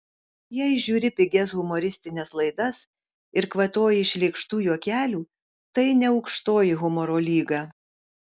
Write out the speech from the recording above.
jei žiūri pigias humoristines laidas ir kvatoji iš lėkštų juokelių tai ne aukštoji humoro lyga